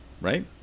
right